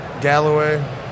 Galloway